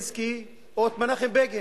נאשם יהודי ונאשם ערבי,